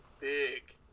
big